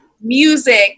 music